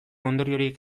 ondoriorik